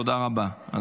תודה רבה.